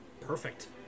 Perfect